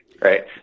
right